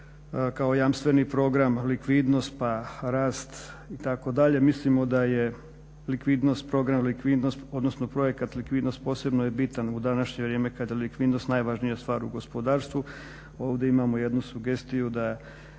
kao jamstveni program, likvidnost pa rast itd. Mislimo da je program likvidnost, odnosno projekt likvidnost posebno je bitan u današnje vrijeme kada je likvidnost najvažnija stvar u gospodarstvu. Ovdje imamo jednu sugestiju da